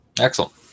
Excellent